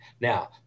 Now